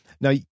Now